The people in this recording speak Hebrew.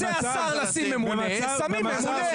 רוצה השר לשים ממונה שמים ממונה.